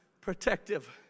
protective